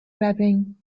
mapping